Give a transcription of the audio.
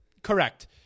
Correct